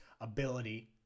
ability